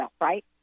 right